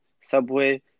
subway